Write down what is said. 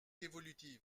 évolutive